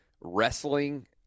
wrestling